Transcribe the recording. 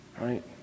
Right